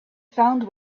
found